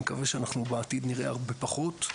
אני מקווה שאנחנו בעתיד נראה הרבה פחות,